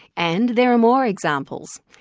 and there are more examples.